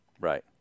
Right